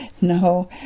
No